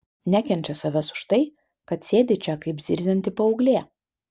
nekenčia savęs už tai kad sėdi čia kaip zirzianti paauglė